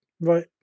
right